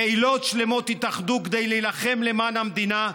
קהילות שלמות התאחדו כדי להילחם למען המדינה,